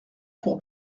pour